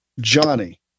Johnny